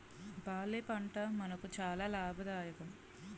barley పంట మనకు చాలా లాభదాయకం